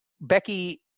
Becky